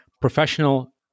professional